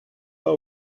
pas